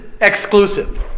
exclusive